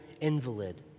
invalid